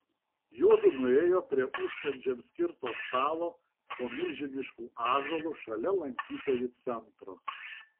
juodu nuėjo prie užkandžiams skirto stalo po milžinišku ąžuolu šalia lankytojų centro